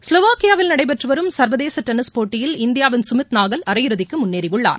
ஸ்லோவோக்கியாவில் நடைபெற்று வரும் சர்வதேச டென்னிஸ் போட்டியில் இந்தியாவின் சுமித் நாகல் அரையிறுதிக்கு முன்னேறியுள்ளார்